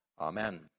Amen